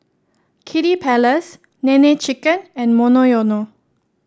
Kiddy Palace Nene Chicken and Monoyono